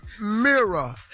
mirror